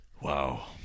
Wow